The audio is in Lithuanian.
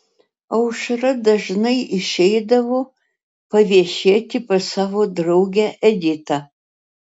aušra dažnai išeidavo paviešėti pas savo draugę editą